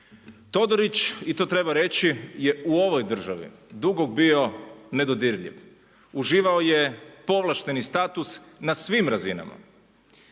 Todorić i to treba reći je u ovoj državi dugo bio nedodirljiv, uživao je povlašteni status na svim razinama.